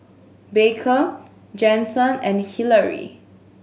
Baker Jensen and Hillary